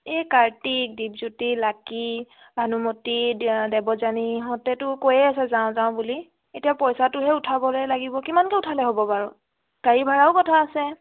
এই কাৰ্তিক দীপজ্যতি লাকী ভানুমতী দেৱযানী ইহঁতেতো কৈয়ে আছে যাওঁ যাওঁ বুলি এতিয়া পইচাটোহে উঠাবলৈ লাগিব কিমানকৈ উঠালে হ'ব বাৰু গাড়ী ভাড়াও কথা আছে